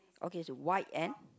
okay is white and